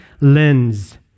lens